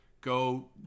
go